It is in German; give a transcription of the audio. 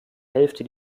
hälfte